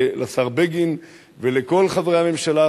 לשר בגין ולכל חברי הממשלה,